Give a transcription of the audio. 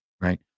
Right